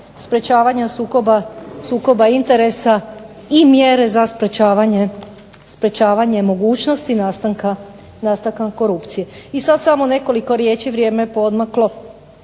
sprječavanja sukoba interesa i mjere za sprječavanje mogućnosti nastanka korupcije. I sad samo nekoliko riječi, vrijeme je poodmaklo,